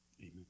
Amen